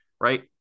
right